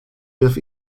wirf